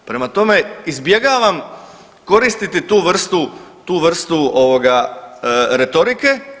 Prema tome, izbjegavam koristiti tu vrstu retorike.